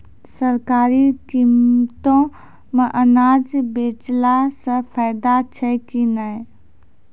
सरकारी कीमतों मे अनाज बेचला से फायदा छै कि नैय?